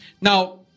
Now